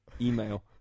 email